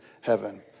heaven